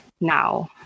now